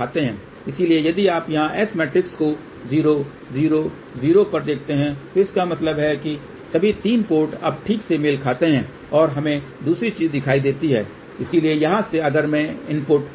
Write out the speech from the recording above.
इसलिए यदि आप यहाँ S मैट्रिक्स को 0 0 0 पर देखते हैं तो इसका मतलब है कि सभी 3 पोर्ट अब ठीक से मेल खाते हैं और हमें दूसरी चीज़ दिखाई देती है इसलिए यहाँ से अगर मैं इनपुट